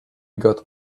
got